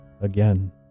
again